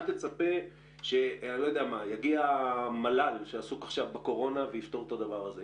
אל תצפה שיגיע המל"ל שעסוק עכשיו בקורונה ויפתור את הדבר הזה.